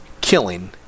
killing